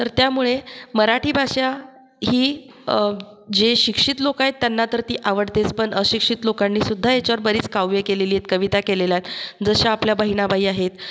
तर त्यामुळे मराठी भाषा ही जे शिक्षित लोक आहेत त्यांना तर ती आवडतेच पण अशिक्षित लोकांनीसुद्धा याच्यावर बरीच काव्ये केलेलीत कविता केलेल्या आहेत जशा आपल्या बहिणाबाई आहेत